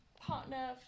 partner